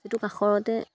যিটো কাষৰতে